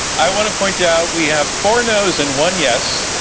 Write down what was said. i want to point out, we have four no's and one yes.